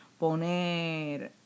poner